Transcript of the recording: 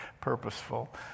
purposeful